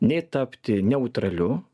nei tapti neutraliu